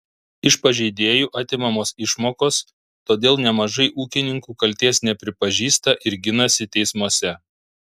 iš pažeidėjų atimamos išmokos todėl nemažai ūkininkų kaltės nepripažįsta ir ginasi teismuose